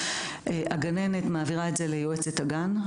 הגננת מעבירה את זה ליועצת הגן.